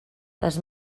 les